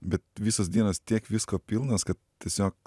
bet visos dienos tiek visko pilnos kad tiesiog